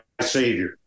Savior